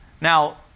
Now